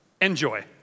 Enjoy